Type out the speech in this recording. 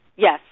Yes